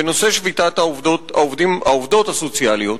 בנושא שביתת העובדות הסוציאליות.